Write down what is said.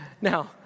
Now